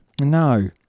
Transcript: no